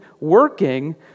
working